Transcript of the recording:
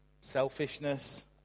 selfishness